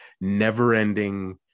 never-ending